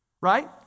Right